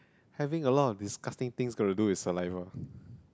having a lot of disgusting things got to do with saliva